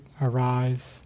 arise